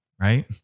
right